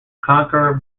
conqueror